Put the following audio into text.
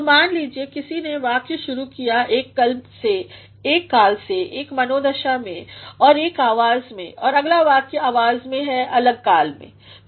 तो मान लीजिए किसी ने वाक्य शुरू कियाएक कल में एक मनोदशा में और एक आवाज़ मेंऔर अगला वाक्य आवाज़ में है अलग काल में है